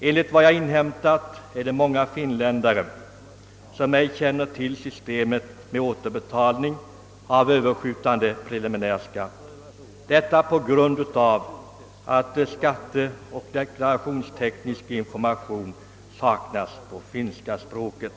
Enligt vad jag har inhämtat är det många finländare som ej känner till systemet med återbetalning av överskjutande preliminär skatt eftersom skatteoch deklarationsteknisk information saknas på finska språket.